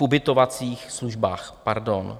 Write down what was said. Ubytovacích službách, pardon.